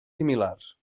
similars